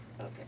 Okay